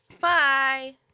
Bye